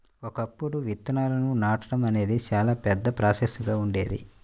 ఒకప్పుడు విత్తనాలను నాటడం అనేది చాలా పెద్ద ప్రాసెస్ గా ఉండేది